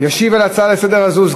הצעות לסדר-היום מס'